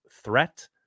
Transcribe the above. threat